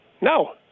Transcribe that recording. No